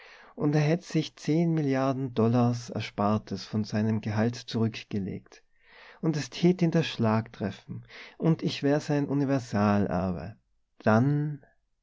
und er hätt sich zehn milliarden dollars erspartes von seinem gehalt zurückgelegt und es tät ihn der schlag treffen und ich wär sein universalerbe dann